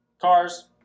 cars